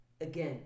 again